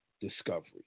discovery